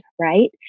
right